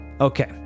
Okay